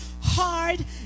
hard